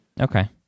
Okay